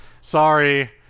Sorry